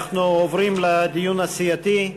אנחנו עוברים לדיון הסיעתי.